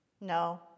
No